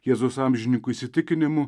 jėzaus amžininkų įsitikinimu